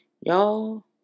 Y'all